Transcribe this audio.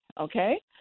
okay